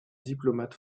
diplomate